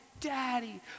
Daddy